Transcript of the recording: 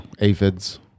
aphids